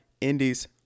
indies